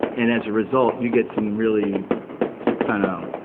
and as a result, you get some really kind of